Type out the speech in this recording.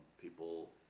people